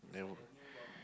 never